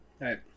right